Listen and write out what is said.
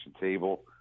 table